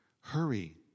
Hurry